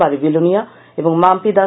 বাড়ি বিলোনিয়া এবং মাম্পি দাস